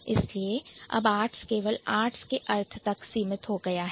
इसलिए अब Arts शब्द केवल Arts के अर्थ तक सीमित हो गया है